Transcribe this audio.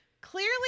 clearly